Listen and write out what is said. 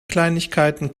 kleinigkeiten